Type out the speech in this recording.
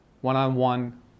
one-on-one